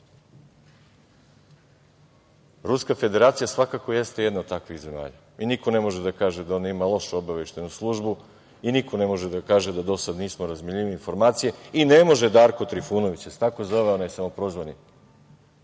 Ruska Federacija svakako jeste jedna od takvih zemalja i niko ne može da kaže da oni imaju lošu obaveštajnu službu i niko ne može da kaže da do sada nismo razmenjivali informacije i ne može Darko Trifunović, jel se tako zove onaj samoprozvani